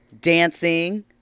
dancing